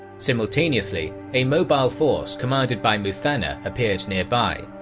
simultaneously a mobile force commanded by muthanna appeared nearby,